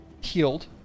healed